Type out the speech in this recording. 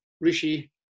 Rishi